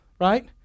right